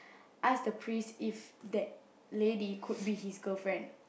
ask the priest if that lady could be his girlfriend